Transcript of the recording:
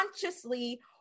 consciously